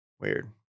Weird